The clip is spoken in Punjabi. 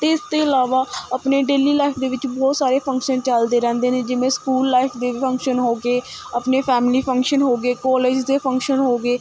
ਅਤੇ ਇਸ ਤੋਂ ਇਲਾਵਾ ਆਪਣੇ ਡੇਲੀ ਲਾਈਫ਼ ਦੇ ਵਿੱਚ ਬਹੁਤ ਸਾਰੇ ਫੰਕਸ਼ਨ ਚੱਲਦੇ ਰਹਿੰਦੇ ਨੇ ਜਿਵੇਂ ਸਕੂਲ ਲਾਈਫ਼ ਦੇ ਫੰਕਸ਼ਨ ਹੋ ਗਏ ਆਪਣੇ ਫੈਮਿਲੀ ਫੰਕਸ਼ਨ ਹੋ ਗਏ ਕੋਲੇਜ ਦੇ ਫੰਕਸ਼ਨ ਹੋ ਗਏ ਅਤੇ